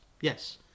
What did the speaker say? yes